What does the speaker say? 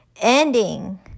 ending